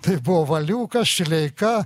tai buvo valiukas šileika